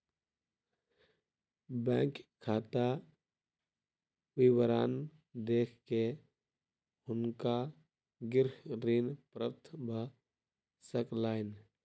bank खाता विवरण देख के हुनका गृह ऋण प्राप्त भ सकलैन